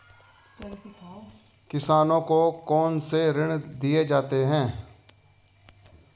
किसानों को कौन से ऋण दिए जाते हैं?